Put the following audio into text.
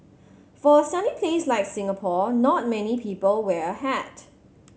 for a sunny place like Singapore not many people wear a hat